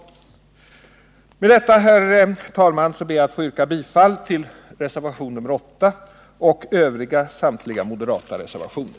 Med detta, herr talman, ber jag att få yrka bifall till reservation 8 och samtliga övriga moderata reservationer.